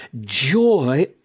joy